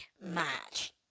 match